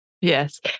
yes